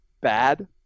bad